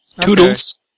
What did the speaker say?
Toodles